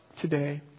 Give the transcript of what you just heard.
today